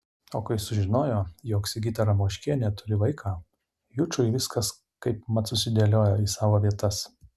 o kai sužinojo jog sigita ramoškienė turi vaiką jučui viskas kaipmat susidėliojo į savo vietas